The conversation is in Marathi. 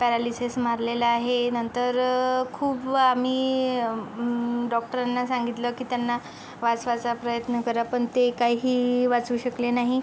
पॅरालीसीस मारलेला आहे नंतर खूप आम्ही डॉक्टरांना सांगितलं की त्यांना वाचवायचा प्रयत्न करा पण ते काही वाचवू शकले नाही